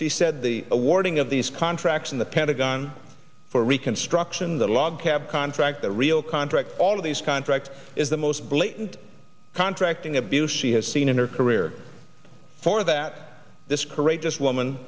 she said the awarding of these contracts in the pentagon for reconstruction the log cabin contract the real contract all of these contracts is the most blatant contracting abuse she has seen in her career for that this courageous woman